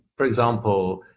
for example,